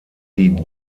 die